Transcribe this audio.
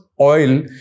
oil